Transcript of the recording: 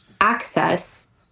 access